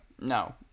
No